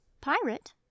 pirate